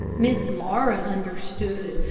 miss laura understood.